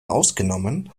ausgenommen